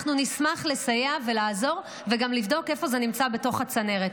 אני נשמח לסייע ולעזור וגם לבדוק איפה זה נמצא בתוך הצנרת.